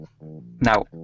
Now